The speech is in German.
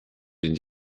den